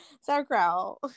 sauerkraut